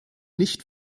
nicht